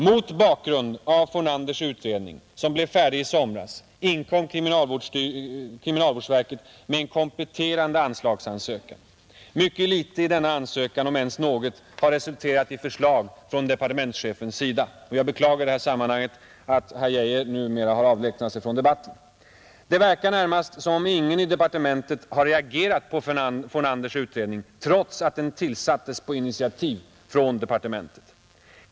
Mot bakgrund av Fornanders utredning — som blev färdig i somras — inkom kriminalvårdsverket med en kompletterande anslagsansökan. Mycket litet av denna ansökan om ens något har resulterat i förslag från departementschefens sida. Jag beklagar i detta sammanhang att herr Geijer nu har avlägsnat sig ifrån debatten. Det verkar närmast som om ingen i departementet har reagerat på Fornanders utredning, trots att den tillsattes på initiativ från departementet.